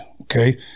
Okay